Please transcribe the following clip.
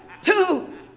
two